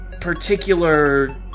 Particular